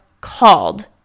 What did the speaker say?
called